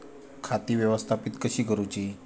खाती व्यवस्थापित कशी करूची?